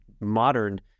modern